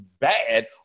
bad